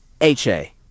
H-A